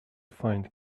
find